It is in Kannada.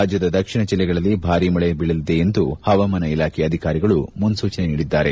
ರಾಜ್ಯದ ದಕ್ಷಿಣ ಜಿಲ್ಲೆಗಳಲ್ಲಿ ಭಾರಿ ಮಳೆ ಬೀಳಲಿದೆ ಎಂದು ಪವಾಮಾನ ಇಲಾಖೆಯ ಅಧಿಕಾರಿಗಳು ಮುನ್ಸೂಚನೆ ನೀಡಿದ್ದಾರೆ